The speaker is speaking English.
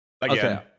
again